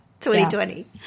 2020